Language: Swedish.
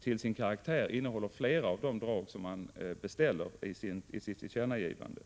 till sin karaktär innehåller flera av de drag som man beställer i sitt tillkännagivande.